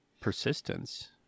persistence